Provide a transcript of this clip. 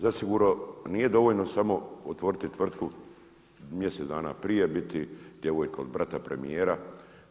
Zasigurno nije dovoljno samo otvoriti tvrtku mjesec dana prije, biti djevojka od brata premijera